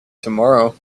tomorrow